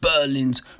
Berlin's